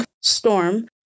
storm